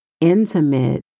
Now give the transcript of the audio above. intimate